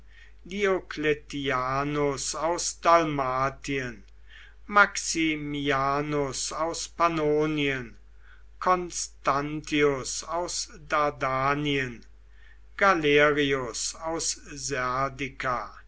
aus dalmatien maximianus aus pannonien constantius aus dardanien galerius aus